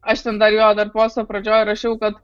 aš ten dar jo dar posto pradžioj rašiau kad